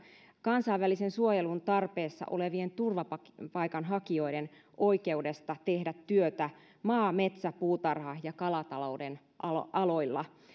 kansainvälisen suojelun tarpeessa olevien turvapaikanhakijoiden oikeudesta tehdä työtä maa metsä puutarha ja kalatalouden aloilla